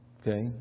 Okay